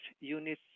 Unit